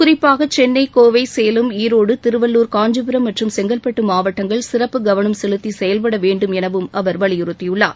குறிப்பாக சென்னை கோவை சேலம் ஈரோடு திருவள்ளூர் காஞ்சிபுரம் மற்றும் செங்கற்பட்டு மாவட்டங்கள் சிறப்புக் கவனம் செலுத்தி செயல்பட வேண்டும் எனவும் அவர் வலியுறுத்தியுள்ளார்